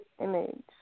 image